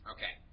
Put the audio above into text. Okay